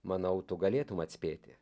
manau tu galėtum atspėti